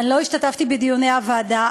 אני לא השתתפתי בדיוני הוועדה,